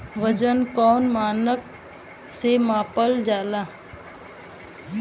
वजन कौन मानक से मापल जाला?